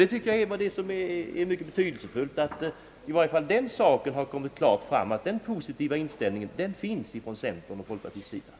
Jag finner det mycket betydelsefullt att i varja fall denna positiva inställning hos centern och folkpartiet har kommit till klart uttryck.